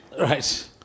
Right